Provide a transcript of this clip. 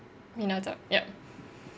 pinata yup